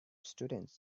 students